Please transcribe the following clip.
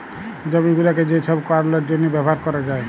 জমি গুলাকে যে ছব কারলের জ্যনহে ব্যাভার ক্যরা যায়